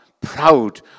proud